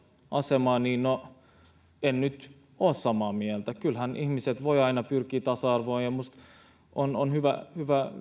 asemaa en nyt ole samaa mieltä kyllähän ihmiset voivat pyrkiä tasa arvoon minusta on on hyvä